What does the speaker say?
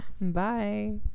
Bye